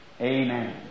Amen